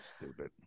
stupid